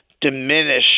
diminish